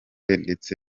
ndetse